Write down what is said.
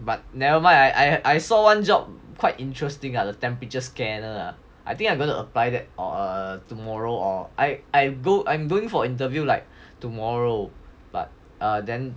but never mind I I saw one job quite interesting lah the temperature scanner ah I think I'm going apply that tomorrow or I I going for interview like tomorrow but err then